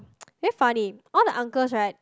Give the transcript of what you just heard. very funny all the uncles right